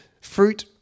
fruit